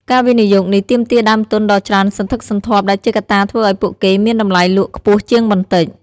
ការវិនិយោគនេះទាមទារដើមទុនដ៏ច្រើនសន្ធឹកសន្ធាប់ដែលជាកត្តាធ្វើឱ្យពួកគេមានតម្លៃលក់ខ្ពស់ជាងបន្តិច។